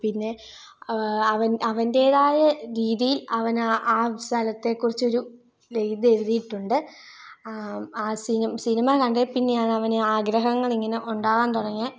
പിന്നെ അവൻ അവൻ്റേതായ രീതിയിൽ അവൻ ആ ആ സ്ഥലത്തെ കുറിച്ച് ഒരു ഇത് എഴുതിയിട്ടുണ്ട് ആ സിനിമ സിനിമ കണ്ടതിൽ പിന്നെയാണ് അവൻ ആഗ്രഹങ്ങൾ ഇങ്ങനെ ഉണ്ടാവാൻ തുടങ്ങിയത്